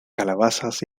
calabazas